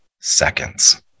seconds